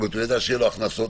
שיהיו לו הכנסות,